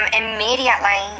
immediately